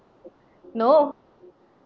no